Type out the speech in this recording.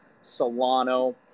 Solano